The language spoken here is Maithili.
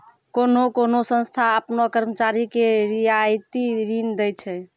कोन्हो कोन्हो संस्था आपनो कर्मचारी के रियायती ऋण दै छै